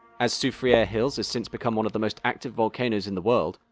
as soufriere hills has since become one of the most active volcanoes in the world,